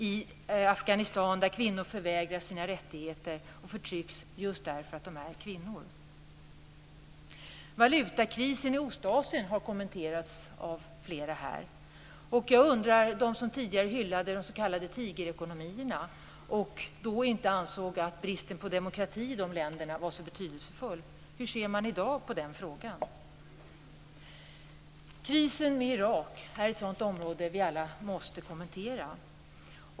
I Afghanistan förvägras kvinnor sina rättigheter och förtrycks just därför att de är kvinnor. Valutakrisen i Ostasien har kommenterats av flera talare. De som tidigare hyllade de s.k. tigerekonomierna och då inte ansåg att det var så betydelsefullt att det rådde brist på demokrati i de länderna, hur ser man i dag på den frågan? Krisen med Irak är ett sådant område som vi alla måste kommentera.